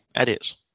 Idiots